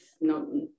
no